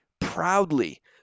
Proudly